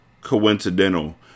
coincidental